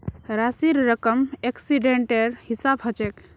राशिर रकम एक्सीडेंटेर हिसाबे हछेक